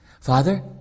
Father